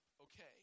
okay